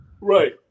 Right